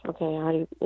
Okay